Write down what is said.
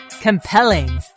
Compelling